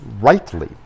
rightly